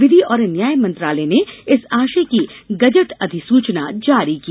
विधि और न्याय मंत्रालय ने इस आशय की गजट अधिसूचना जारी की